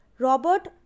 Robert